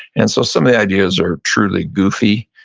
and so, some of the ideas are truly goofy,